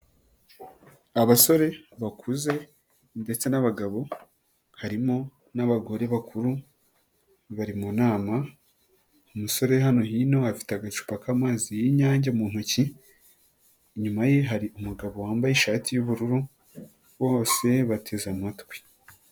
Abasore bakuze ndetse n'abagabo harimo n'abagore bakuru bari mu nama umusore hano hino afite agacupa k'amazi y'inyange mu ntoki, inyuma ye hari umugabo wambaye ishati y'ubururu bose bateze amatwi.